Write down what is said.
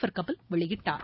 per Kapil வெளியிட்டார்